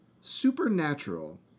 Supernatural